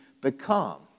become